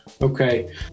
okay